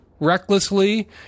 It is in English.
Recklessly